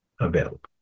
available